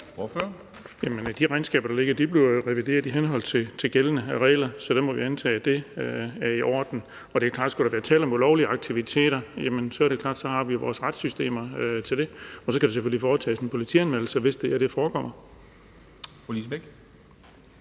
De regnskaber, der ligger, bliver jo revideret i henhold til gældende regler, så der må vi antage, at det er i orden. Det er klart, at skulle der være tale om ulovlige aktiviteter, har vi vores retssystem til at tage sig af det. Der skal selvfølgelig foretages en politianmeldelse, hvis det her forekommer.